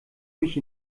mich